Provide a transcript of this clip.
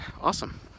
awesome